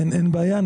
אין בעיה.